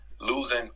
losing